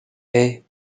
hey